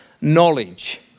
knowledge